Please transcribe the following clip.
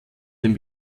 dem